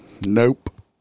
Nope